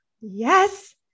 Yes